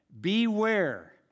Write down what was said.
Beware